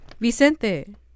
Vicente